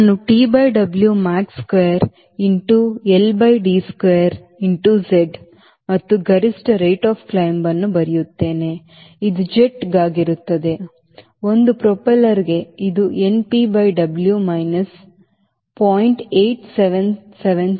ನಾನು T by W max square into L by D square Z ಮತ್ತು ಗರಿಷ್ಠ rate of climbವನ್ನು ಬರೆಯುತ್ತೇನೆ ಇದು ಜೆಟ್ ಗಾಗಿರುತ್ತದೆ ಒಂದು ಪ್ರೊಪೆಲ್ಲರ್ಗೆ ಇದು np by W minus 0